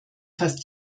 fast